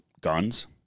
guns